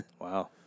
Wow